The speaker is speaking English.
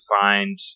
find